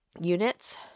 Units